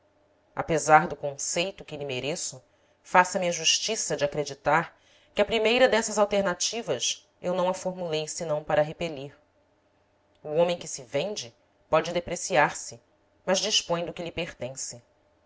apesar do conceito que lhe mereço faça-me a justiça de acreditar que a primeira dessas alternativas eu não a formulei senão para a repelir o homem que se vende pode depre ciar se mas dispõe do que lhe pertence